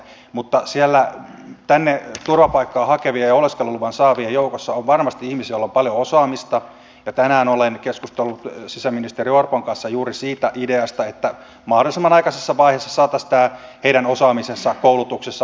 mutta täältä turvapaikkaa hakevien ja oleskeluluvan saavien joukossa on varmasti ihmisiä joilla on paljon osaamista ja tänään olen keskustellut sisäministeri orpon kanssa juuri siitä ideasta että mahdollisimman aikaisessa vaiheessa saataisiin tämä heidän osaamisensa koulutuksensa tietoon